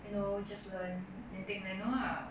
you know just learn then take manual lah